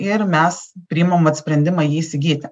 ir mes priimam vat sprendimą jį įsigyti